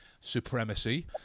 supremacy